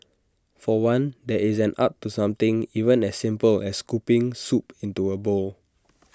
for one there is an art to something even as simple as scooping soup into A bowl